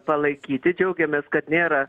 palaikyti džiaugiamės kad nėra